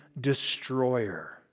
destroyer